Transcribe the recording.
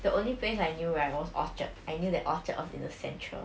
the only place I knew right was orchard I knew that orchard was in the central